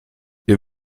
ihr